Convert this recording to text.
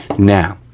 now,